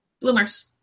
Bloomers